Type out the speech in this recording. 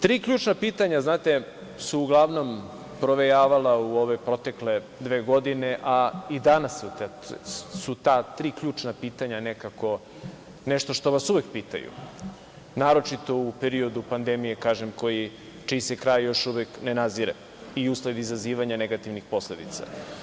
Tri ključna pitanja su uglavnom provejavala u ove protekle dve godine, a i danas su ta tri ključna pitanja nešto što vas uvek pitaju, naročito u periodu pandemije, čiji se kraj još uvek ne nazire i usled izazivanja negativnih posledica.